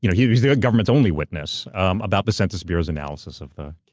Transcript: you know he was the government's only witness um about the census bureau's analysis of the